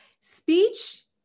Speech